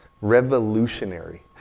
revolutionary